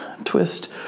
Twist